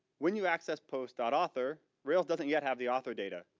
when you access post author, rails doesn't yet have the author data,